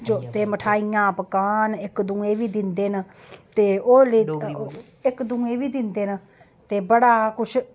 ते मिठाइयां पकवान इक दूऐं बी दिंदे न ते होर इक दूऐं बी दिंदे न ते बड़ा कुछ